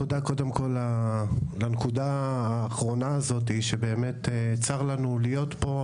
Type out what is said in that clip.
תודה קודם כל לנקודה האחרונה הזאת שבאמת צר לנו להיות פה.